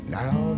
now